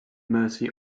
mercy